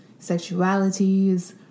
sexualities